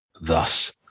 Thus